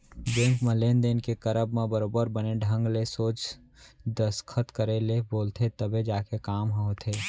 bank म लेन देन के करब म बरोबर बने ढंग के सोझ दस्खत करे ले बोलथे तब जाके काम ह होथे